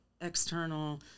external